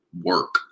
work